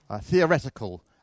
theoretical